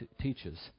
teaches